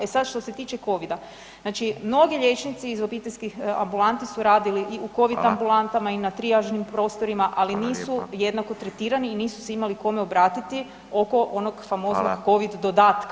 E sad što se tiče COVID-a, znači mnogi liječnici iz obiteljskih ambulanti su radili i u COVID ambulantama [[Upadica Radin: Hvala.]] i na trijažnim prostorima ali nisu [[Upadica Radin: Hvala lijepo.]] jednako tretirani i nisu se imali kome obratiti oko onog famoznog COVID dodatka.